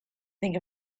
think